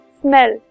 smell